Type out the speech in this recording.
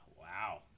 Wow